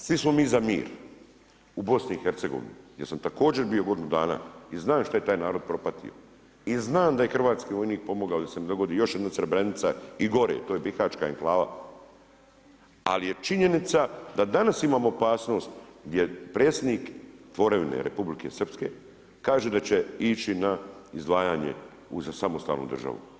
Svi smo mi za mir u BiH-u gdje sam također bio godinu dana i znam šta je taj narod propatio i znam da je hrvatski vojnik pomogao da se ne dogodi još jedna Srebrenica i gore, to je bihaćka enklava, ali je činjenica da danas imamo opasnost gdje predsjednik tvorevine Republike Srpske kaže da će ići na izdvajanje za samostalnu državu.